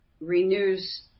renews